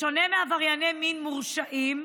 בשונה מעברייני מין מורשעים,